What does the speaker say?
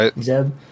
Zeb